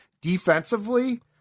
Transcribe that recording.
Defensively